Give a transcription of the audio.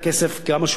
כמה שהוא יכול יותר,